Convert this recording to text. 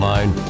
Line